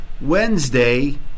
Wednesday